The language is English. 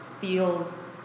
feels